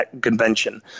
Convention